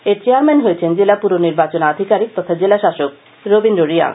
এর চেয়ারম্যান হয়েছেন জেলা পুর নির্বাচন আধিকারিক তথা জেলাশাসক রবীন্দ্র রিয়াং